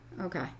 Okay